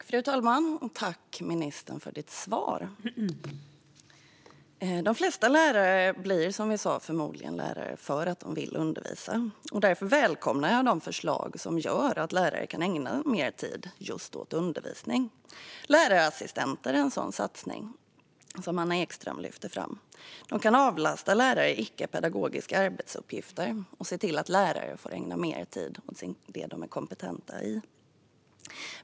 Fru talman! Tack, ministern, för ditt svar! De flesta lärare blir förmodligen lärare för att de vill undervisa. Därför välkomnar jag de förslag som gör att lärare kan ägna mer tid just åt undervisning. Lärarassistenter är en sådan satsning som Anna Ekström lyfter fram. De kan avlasta lärare i icke-pedagogiska arbetsuppgifter och se till att lärare får ägna mer tid åt det de är kompetenta i.